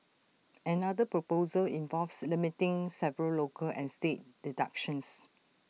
another proposal involves limiting several local and state deductions